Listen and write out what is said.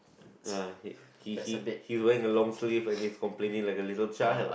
ya he he he is wearing the long sleeve and he's complaining like a little child